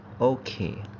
okay